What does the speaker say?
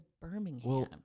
Birmingham